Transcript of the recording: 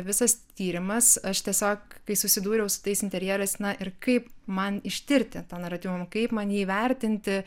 visas tyrimas aš tiesiog kai susidūriau su tais interjerais na ir kaip man ištirti tą naratyvumą kaip man jį įvertinti